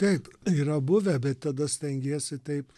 taip yra buvę bet tada stengiesi taip